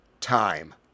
time